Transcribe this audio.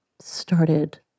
started